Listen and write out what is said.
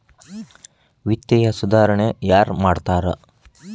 ವಿತ್ತೇಯ ಸುಧಾರಣೆ ಯಾರ್ ಮಾಡ್ತಾರಾ